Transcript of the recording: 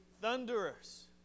thunderous